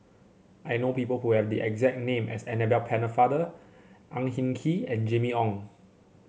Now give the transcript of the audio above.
I know people who have the exact name as Annabel Pennefather Ang Hin Kee and Jimmy Ong